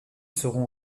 seront